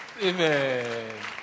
Amen